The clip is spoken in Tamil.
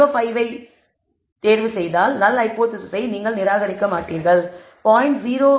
05 ஐத் தேர்வுசெய்தால் நல் ஹைபோதேசிஸை நீங்கள் நிராகரிக்க மாட்டீர்கள் 0